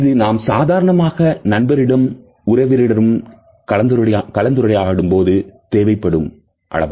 இது நாம் சாதாரணமாக நண்பர்களிடமும் உறவினர்களிடமும் கலந்துரையாடும் போது தேவைப்படும் தொலைவு